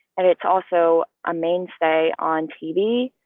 and it's also a mainstay on tv,